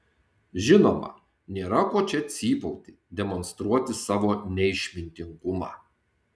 žinoma nėra ko čia cypauti demonstruoti savo neišmintingumą